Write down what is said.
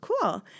cool